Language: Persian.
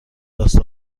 راست